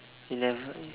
you never